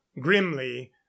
grimly